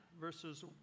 verses